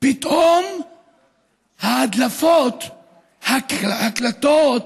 פתאום ההדלפות, ההקלטות,